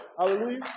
Hallelujah